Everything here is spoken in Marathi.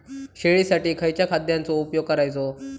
शेळीसाठी खयच्या खाद्यांचो उपयोग करायचो?